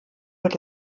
wird